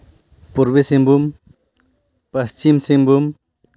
ᱯᱩᱨᱵᱚ ᱥᱤᱝᱵᱷᱩᱢ ᱯᱚᱥᱪᱤᱢ ᱥᱤᱝᱵᱷᱩᱢ